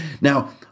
Now